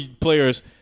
players